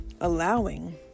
allowing